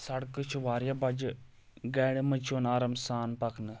سڑکہٕ چھِ واریاہ بجہِ گاڑین منٛز چھُ یِوان آرام سان پکنہٕ